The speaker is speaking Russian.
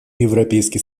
европейский